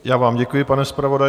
Já vám děkuji, pane zpravodaji.